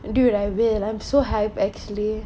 dude I will I'm so hype actually